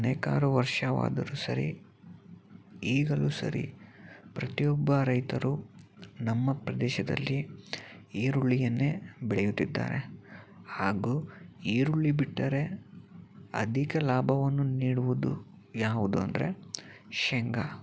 ಅನೇಕಾರು ವರ್ಷವಾದರೂ ಸರಿ ಈಗಲೂ ಸರಿ ಪ್ರತಿಯೊಬ್ಬ ರೈತರೂ ನಮ್ಮ ಪ್ರದೇಶದಲ್ಲಿ ಈರುಳ್ಳಿಯನ್ನೇ ಬೆಳೆಯುತ್ತಿದ್ದಾರೆ ಹಾಗು ಈರುಳ್ಳಿ ಬಿಟ್ಟರೆ ಅಧಿಕ ಲಾಭವನ್ನು ನೀಡುವುದು ಯಾವುದೆಂದರೆ ಶೇಂಗ